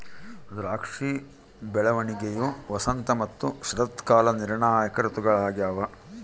ದ್ರಾಕ್ಷಿಯ ಬೆಳವಣಿಗೆಯು ವಸಂತ ಮತ್ತು ಶರತ್ಕಾಲ ನಿರ್ಣಾಯಕ ಋತುಗಳಾಗ್ಯವ